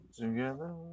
together